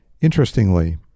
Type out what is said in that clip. interestingly